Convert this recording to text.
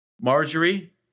Marjorie